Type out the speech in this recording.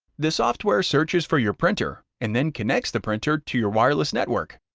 the software searches for your printer, and then connects the printer to your wireless network.